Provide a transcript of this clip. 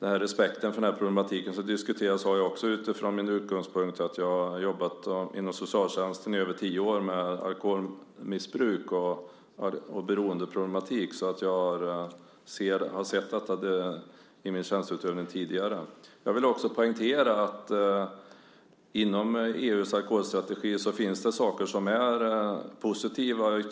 När respekten för den här problematiken diskuterades sade jag också utifrån min utgångspunkt att jag har jobbat inom socialtjänsten i över tio år med alkoholmissbruk och beroendeproblematik, så jag har sett detta i min tjänsteutövning tidigare. Jag vill också poängtera att det inom EU:s alkoholstrategi finns saker som är positiva.